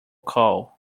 coal